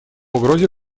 угрозе